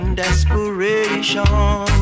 desperation